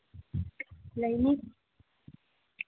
ꯂꯩꯅꯤ